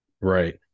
Right